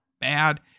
bad